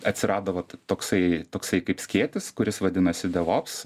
atsirado vat toksai toksai kaip skėtis kuris vadinasi devops